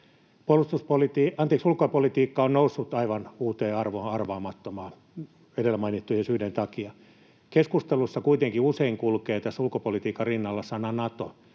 Ulkopolitiikka on noussut aivan uuteen arvoon arvaamattomaan edellä mainittujen syiden takia. Keskustelussa kuitenkin usein kulkee tässä ulkopolitiikan rinnalla sana Nato,